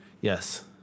Yes